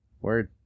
Word